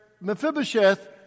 Mephibosheth